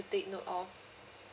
take note of